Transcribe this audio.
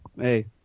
hey